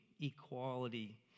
equality